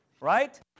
Right